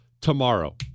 tomorrow